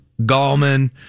Gallman